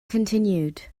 continued